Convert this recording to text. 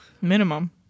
Minimum